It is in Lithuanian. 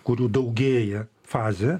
kurių daugėja fazę